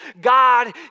God